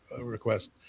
request